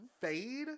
Fade